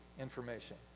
information